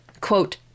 quote